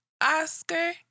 Oscar